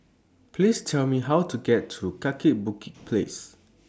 Please Tell Me How to get to Kaki Bukit Place